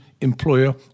employer